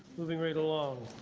moving right along.